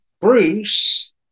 Bruce